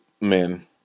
men